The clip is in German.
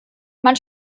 man